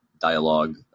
dialogue